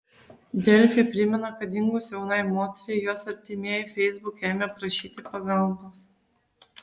delfi primena kad dingus jaunai moteriai jos artimieji feisbuke ėmė prašyti pagalbos